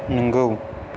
नोंगौ